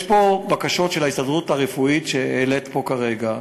יש פה בקשות של ההסתדרות הרפואית, שהעלית פה כרגע.